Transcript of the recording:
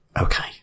Okay